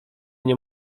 nie